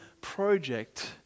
project